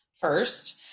first